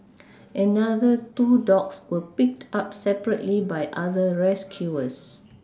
another two dogs were picked up separately by other rescuers